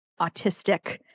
autistic